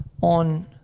on